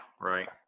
right